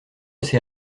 ses